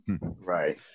right